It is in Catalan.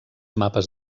mapes